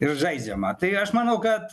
ir žaidžiama tai aš manau kad